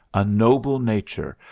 a noble nature,